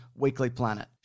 weeklyplanet